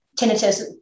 tinnitus